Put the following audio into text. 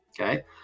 Okay